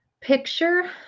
picture